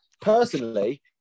Personally